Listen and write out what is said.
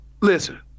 listen